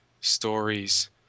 stories